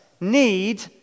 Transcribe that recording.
need